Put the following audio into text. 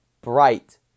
bright